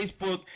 Facebook